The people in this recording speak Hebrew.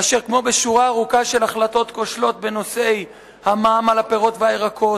אשר כמו בשורה ארוכה של החלטות כושלות בנושאי המע"מ על הפירות והירקות,